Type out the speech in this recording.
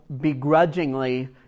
begrudgingly